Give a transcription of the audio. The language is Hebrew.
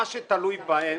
את מה שתלוי בהם